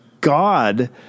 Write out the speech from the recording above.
God